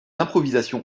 improvisation